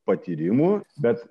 patyrimų bet